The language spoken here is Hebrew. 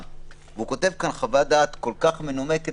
והוא כותב כאן חוות דעת כל כך מנומקת,